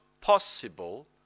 possible